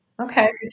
Okay